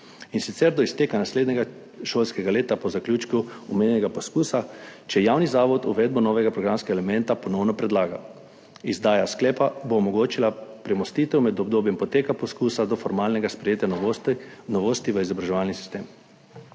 in sicer do izteka naslednjega šolskega leta po zaključku omenjenega poskusa, če javni zavod uvedbo novega programskega elementa ponovno predlaga. Izdaja sklepa bo omogočila premostitev med obdobjem poteka poskusa do formalnega sprejetja novosti v izobraževalnem sistemu